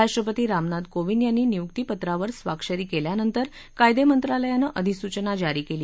राष्ट्रपति रामनाथ कोविंद यांनी नियुक्ती पत्रावर स्वाक्षरी केल्यानंतर कायदे मंत्रालयाने अधिसूचना जारी केली